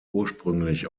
ursprünglich